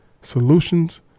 solutions